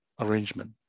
arrangement